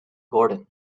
gordon